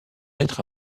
être